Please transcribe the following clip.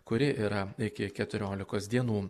kuri yra iki keturiolikos dienų